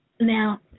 Now